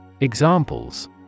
Examples